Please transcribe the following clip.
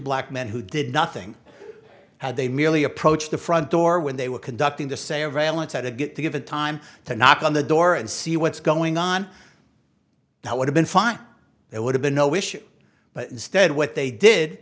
black men who did nothing had they merely approached the front door when they were conducting to say a valence had to get to give it time to knock on the door and see what's going on that would have been fine it would have been no issue but instead what they did